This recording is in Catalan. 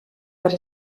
per